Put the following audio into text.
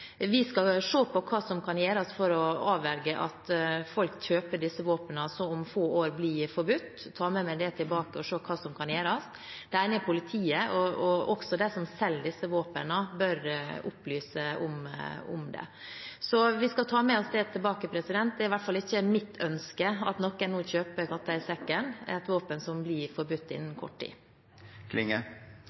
Vi skal se på hva som kan gjøres for å avverge at folk kjøper disse våpnene som om få år blir forbudt. Jeg tar med meg det tilbake og ser på hva som kan gjøres – det ene er politiet, men også de som selger disse våpnene, bør opplyse om dette. Vi skal ta med oss det tilbake. Det er i hvert fall ikke mitt ønske at noen nå kjøper katta i sekken – et våpen som blir forbudt innen kort tid.